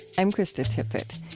i'm krista tippett.